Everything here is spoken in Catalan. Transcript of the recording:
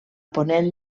ponent